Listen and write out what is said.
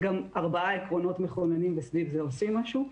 גם ארבעה עקרונות מכוננים --- זה עושים משהו.